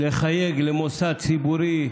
לחייג למוסד ציבורי,